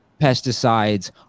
pesticides